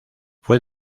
fue